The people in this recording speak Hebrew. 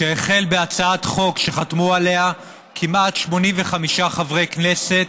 הוא החל בהצעת חוק שחתמו עליה כמעט 85 חברי כנסת,